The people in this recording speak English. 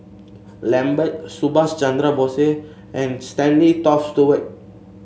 Lambert Subhas Chandra Bose and Stanley Toft Stewart